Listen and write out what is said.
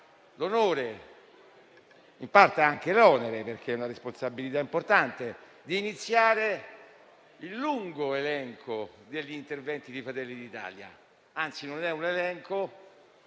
l'onore, e in parte anche l'onere perché è una responsabilità importante, di iniziare il lungo elenco degli interventi di Fratelli d'Italia. Anzi, non è un elenco;